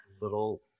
little